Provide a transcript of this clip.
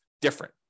different